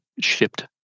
shipped